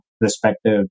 respective